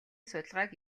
судалгааг